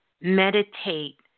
meditate